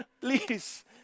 Please